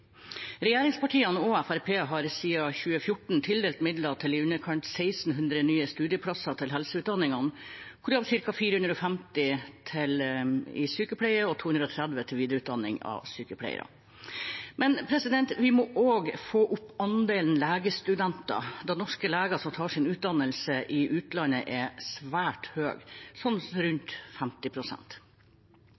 Regjeringspartiene og Fremskrittspartiet har siden 2014 tildelt midler til i underkant av 1 600 nye studieplasser til helseutdanningene, hvorav 450 til sykepleie og 230 til videreutdanning av sykepleiere. Men vi må også få opp andelen legestudenter, da norske leger som tar sin utdannelse i utlandet, er svært